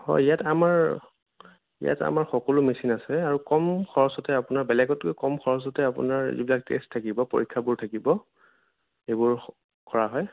হয় ইয়াত আমাৰ ইয়াত আমাৰ সকলো মেছিন আছে আৰু কম খৰচতে আপোনাৰ বেলেগতকৈ কম খৰচতে আপোনাৰ যিবিলাক টেষ্ট থাকিব পৰীক্ষাবোৰ থাকিব সেইবোৰ কৰা হয়